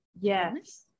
Yes